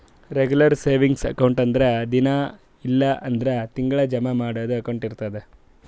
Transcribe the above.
regular savings account ಅಂದುರ್ ದಿನಾ ಇಲ್ಲ್ ಅಂದುರ್ ತಿಂಗಳಾ ಜಮಾ ಮಾಡದು ಅಕೌಂಟ್ ಇರ್ತುದ್